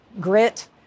grit